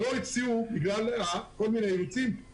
בגלל כל מיני אילוצים,